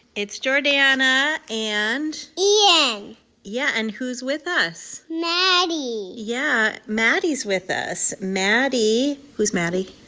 it's jordana and. ian yeah. and who's with us? maddie yeah. maddie's with us. maddie who's maddie?